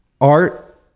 art